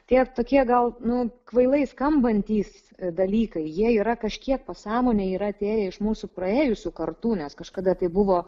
tie tokie gal nu kvailai skambantys dalykai jie yra kažkiek pasąmonėj yra atėję iš mūsų praėjusių kartų nes kažkada tai buvo